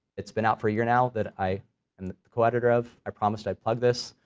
it's been out for a year now that i and the co-editor of, i promised i'd plug this,